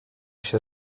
się